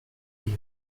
est